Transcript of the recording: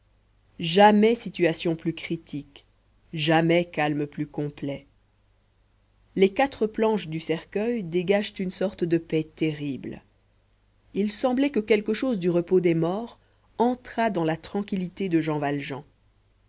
jamais situation plus critique jamais calme plus complet les quatre planches du cercueil dégagent une sorte de paix terrible il semblait que quelque chose du repos des morts entrât dans la tranquillité de jean valjean